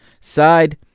side